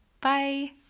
Bye